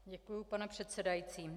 Děkuju, pane předsedající.